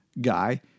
guy